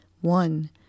one